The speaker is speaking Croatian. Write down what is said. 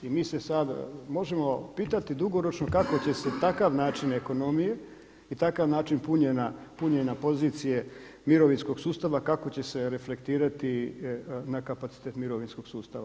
I mi se sada možemo pitati dugoročno kako će se takav način ekonomije i takav način punjenja pozicije mirovinskog sustava kako će se reflektirati na kapacitet mirovinskog sustava?